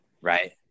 right